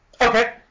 Okay